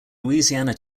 louisiana